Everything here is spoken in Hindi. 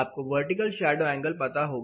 आपको वर्टिकल शैडो एंगल पता होगा